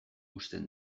uzten